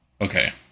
okay